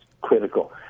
critical